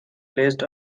placed